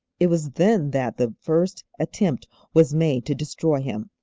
it was then that the first attempt was made to destroy him.